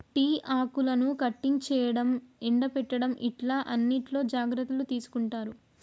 tea ఆకులను cutting చేయడం, ఎండపెట్టడం ఇట్లా అన్నిట్లో జాగ్రత్తలు తీసుకుంటారు